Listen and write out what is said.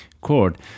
chord